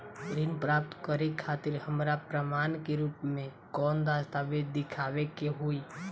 ऋण प्राप्त करे खातिर हमरा प्रमाण के रूप में कौन दस्तावेज़ दिखावे के होई?